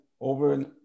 over